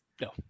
No